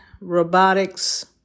robotics